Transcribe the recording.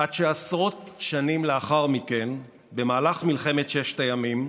עד שעשרות שנים לאחר מכן, במהלך מלחמת ששת הימים,